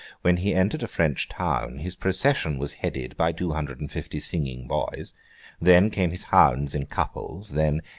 when he entered a french town, his procession was headed by two hundred and fifty singing boys then, came his hounds in couples then,